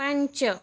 पञ्च